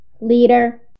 Leader